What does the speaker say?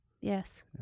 Yes